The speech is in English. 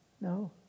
No